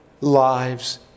lives